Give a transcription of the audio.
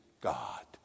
God